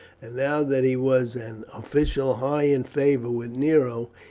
and now that he was an official high in favour with nero,